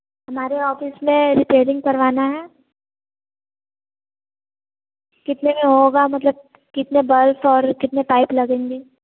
हमारे ऑफिस में रिपेरिंग करवाना है कितने में होगा मतलब कितने बल्ब और कितने पाइप लगेंगे